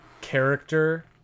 character